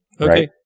Okay